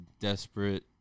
desperate